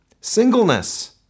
Singleness